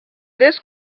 this